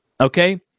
okay